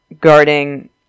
guarding